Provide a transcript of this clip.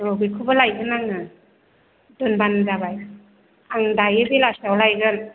औ बेखौबो लायगोन आङो दोनबानो जाबाय आं दायो बेलासियाव लायगोन